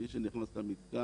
מי שנכנס למתקן,